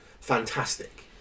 fantastic